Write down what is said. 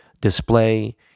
display